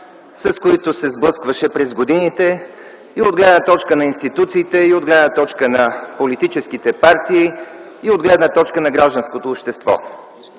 с които се сблъскваше през годините и от гледна точка на институциите, и от гледна точка на политическите партии, и от гледна точка на гражданското общество.